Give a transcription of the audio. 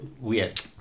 weird